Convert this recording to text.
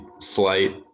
slight